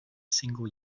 single